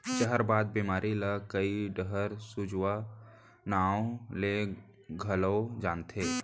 जहरबाद बेमारी ल कइ डहर सूजवा नांव ले घलौ जानथें